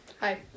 Hi